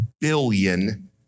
billion